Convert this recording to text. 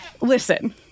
listen